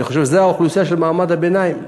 אני חושב שזו האוכלוסייה של מעמד הביניים.